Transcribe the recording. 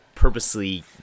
Purposely